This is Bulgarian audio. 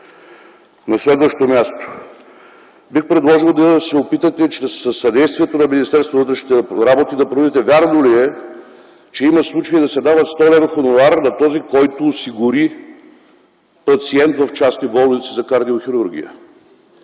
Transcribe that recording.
На следващо място, бих предложил да се опитате със съдействието на Министерството на вътрешните работи да проверите вярно ли е, че има случаи да се дават 100 лв. хонорар на този, който осигури пациент в частни болници за кардиохирургия?